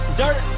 dirt